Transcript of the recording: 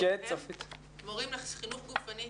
מורים לחינוך גופני,